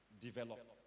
develop